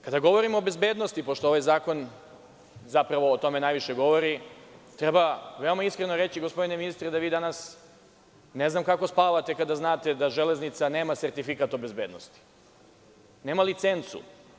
Kada govorimo o bezbednosti, pošto ovaj zakon o tome najviše govori, treba iskreno reći, gospodine ministre, ne znam kako spavate kada znate da Železnica nema sertifikat o bezbednosti, nema licencu.